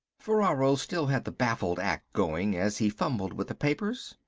ferraro still had the baffled act going as he fumbled with the papers,